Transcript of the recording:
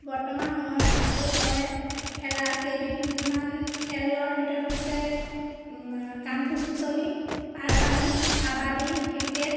বৰ্তমান সময়ত শিশুসকলে খেলা কেইবিধমান খেলৰ ভিতৰত হৈছে কাণ ফুচফুচনি পাৰ পানী কাবাডী ক্ৰিকেট